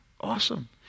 Awesome